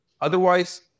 Otherwise